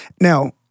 Now-